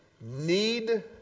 Need